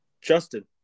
Justin